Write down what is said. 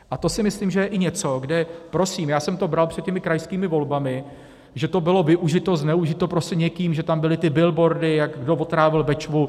A to si myslím, že je i něco, kde prosím já jsem to bral před těmi krajskými volbami, že to bylo využito, zneužito, prostě někým, že tam byly ty billboardy, jak kdo otrávil Bečvu.